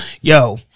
Yo